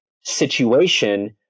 situation